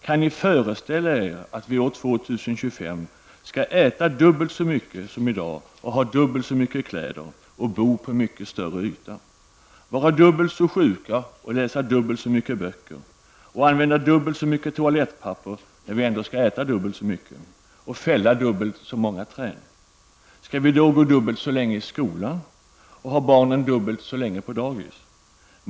Kan ni föreställa er att vi år 2 025 skall äta dubbelt så mycket, ha dubbelt så mycket kläder, bo på mycket större yta, vara dubbelt så sjuka, läsa dubbelt så många böcker, använda dubbelt så mycket toalettpapper -- vi skall ju äta dubbelt så mycket -- och fälla dubbelt så många träd som i dag? Skall vi då gå dubbelt så länge i skolan och ha barnen dubbelt så länge på dagis?